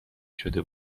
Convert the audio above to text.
شده